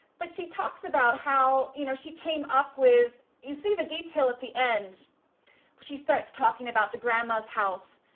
but she talks about how you know she came up with you see the detail at the end when she starts talking about the grandma's house,